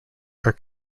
are